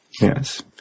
Yes